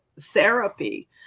therapy